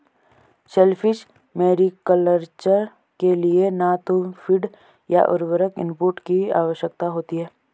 shellfish mariculture के लिए न तो फ़ीड या उर्वरक इनपुट की आवश्यकता होती है